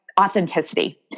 authenticity